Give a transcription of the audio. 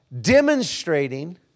demonstrating